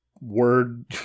word